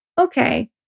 Okay